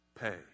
pay